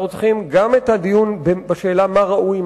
אנחנו צריכים גם את הדיון בשאלה מה ראוי,